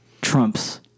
Trump's